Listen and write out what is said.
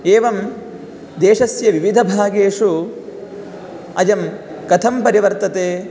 एवं देशस्य विविधभागेषु अयं कथं परिवर्तते